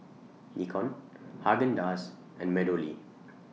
Nikon Haagen Dazs and Meadowlea